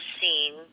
scene